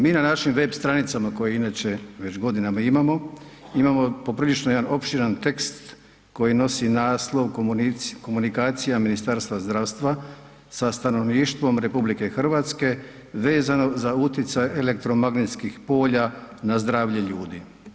Mi na našim web stranicama koje inače već godinama imamo, imamo poprilično jedan opširan tekst koji nosi naslov Komunikacija Ministarstva zdravstva sa stanovništvom Republike Hrvatske vezano za uticaj elektromagnetskih polja na zdravlje ljudi.